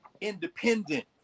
independent